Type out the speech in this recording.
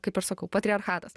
kaip ir sakau patriarchatas